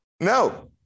No